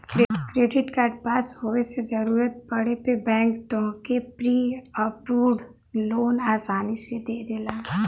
credit card पास होये से जरूरत पड़े पे बैंक तोहके प्री अप्रूव्ड लोन आसानी से दे देला